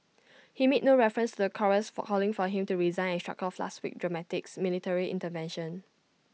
he made no reference the chorus for calling for him to resign and shrugged off last week dramatics military intervention